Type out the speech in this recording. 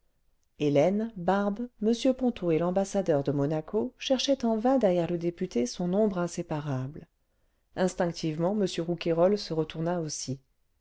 hélène barbe m ponto et l'ambassadeur de monaco cherchaient eu vain derrière le député son ombre inséparable instinctivement m rouquayrol se retourna aussi